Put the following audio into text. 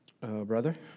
brother